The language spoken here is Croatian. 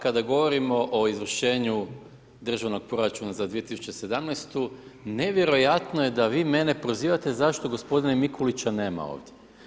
Kada govorimo o izvršenju državnog proračuna za 2017. nevjerojatno je da vi mene prozivate zašto gospodina Mikulića nema ovdje.